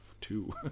two